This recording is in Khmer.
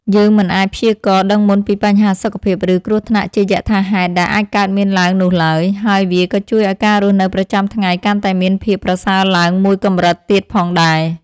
យើងមិនអាចព្យាករណ៍ដឹងមុនពីបញ្ហាសុខភាពឬគ្រោះថ្នាក់ជាយថាហេតុដែលអាចកើតមានឡើងនោះឡើយ។ ហើយវាក៏ជួយឱ្យការរស់នៅប្រចាំថ្ងៃកាន់តែមានភាពប្រសើរឡើងមួយកម្រិតទៀតផងដែរ។